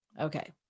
Okay